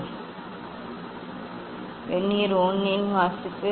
இந்த நிலைக்கு என்ன வெர்னியர் 1 இன் வாசிப்பு